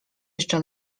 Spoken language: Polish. jeszcze